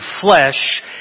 flesh